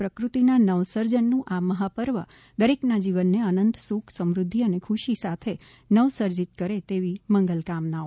પ્રકૃતિના નવસર્જનનું આ મહાપર્વ દરેકના જીવનને અનંત સુખ સમૃદ્ધિ અને ખુશીઓ સાથે નવસર્જીત કરે તેવી મંગલકામનાઓ